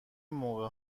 موقع